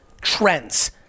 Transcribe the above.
trends